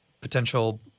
potential